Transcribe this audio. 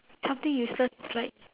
something useless is like